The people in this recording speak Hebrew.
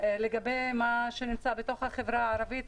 מה שנמצא בתוך החברה הערבית,